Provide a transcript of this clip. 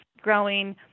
growing